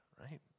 right